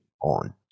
on